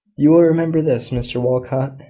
you will remember this, mr walcot.